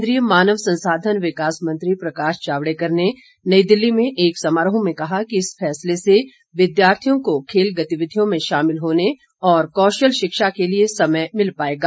केंद्रीय मानव संसाधन विकास मंत्री प्रकाश जावड़ेकर ने नई दिल्ली में एक समारोह में कहा कि इस फैसले से विद्यार्थियों को खेल गतिविधियों में शामिल होने और कौशल शिक्षा के लिए समय मिल पाएगा